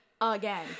again